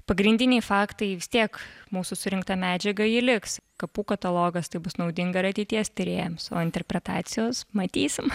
pagrindiniai faktai vis tiek mūsų surinkta medžiaga ji liks kapų katalogas tai bus naudinga ir ateities tyrėjams o interpretacijos matysim